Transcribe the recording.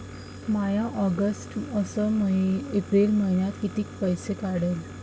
म्या ऑगस्ट अस एप्रिल मइन्यात कितीक पैसे काढले?